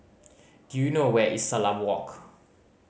do you know where is Salam Walk